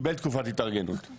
קיבל תקופת התארגנות,